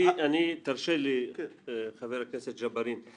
תרשה לי, חבר הכנסת ג'בארין.